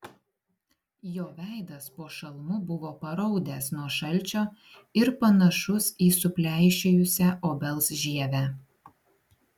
jo veidas po šalmu buvo paraudęs nuo šalčio ir panašus į supleišėjusią obels žievę